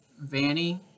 Vanny